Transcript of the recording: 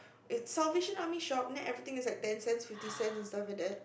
it's Salvation Army shop then everything is like ten cents fifty cents and stuff like that